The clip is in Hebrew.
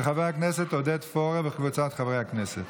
של חבר הכנסת עודד פורר וקבוצת חברי הכנסת.